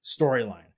storyline